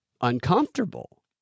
uncomfortable